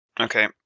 Okay